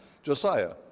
Josiah